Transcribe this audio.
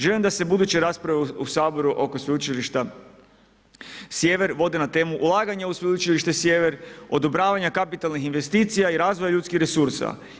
Želim da se buduće rasprave u Sabora, oko sveučilišta Sjever vode na temu ulaganje u Sveučilište Sjever, odobravanje kapitalnih investicija i razvoja ljudskih resursa.